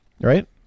Right